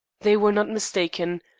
they were not mistaken.